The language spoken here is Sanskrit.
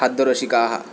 खाद्यरसिकाः